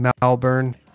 Melbourne